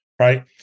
right